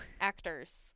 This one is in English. Actors